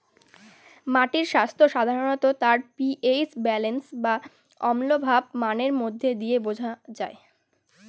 মাটির স্বাস্থ্য সাধারনত তার পি.এইচ ব্যালেন্স বা অম্লভাব মানের মধ্যে দিয়ে বোঝা যায়